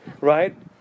right